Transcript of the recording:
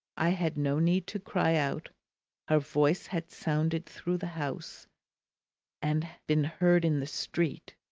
i had no need to cry out her voice had sounded through the house and been heard in the street.